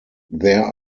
there